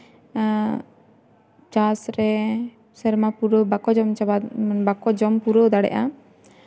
ᱮᱸᱜ ᱪᱟᱥᱨᱮ ᱥᱮᱨᱢᱟ ᱯᱩᱨᱟᱹᱣ ᱡᱚᱢ ᱪᱟᱵᱟ ᱵᱟᱠᱚ ᱡᱚᱢ ᱯᱩᱨᱟᱹᱣ ᱫᱟᱲᱮᱭᱟᱜᱼᱟ